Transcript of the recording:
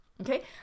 Okay